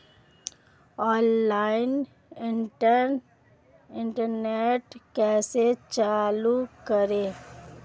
Online card statement कैसे check करें?